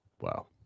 Wow